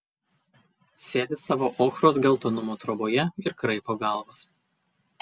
sėdi savo ochros geltonumo troboje ir kraipo galvas